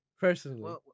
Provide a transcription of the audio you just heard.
Personally